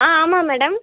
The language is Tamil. ஆ ஆமாம் மேடம்